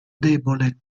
debole